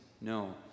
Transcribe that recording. No